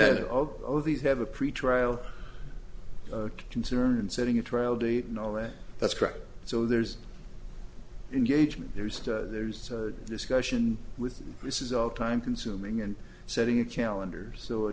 then all of these have a pretrial concerned setting a trial date and all that that's correct so there's engagement there's there's a discussion with this is all time consuming and setting a calendars so